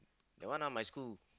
that one ah my school